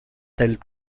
del